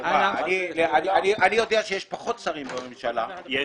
באומדן תקציבי וכל הכוונה כרגע לביצוע בפועל ולכן נדרשת ההשלמה הזאת.